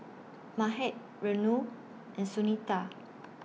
Mahade Renu and Sunita